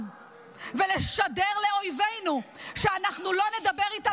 ולשדר לאויבינו שאנחנו לא נדבר איתם,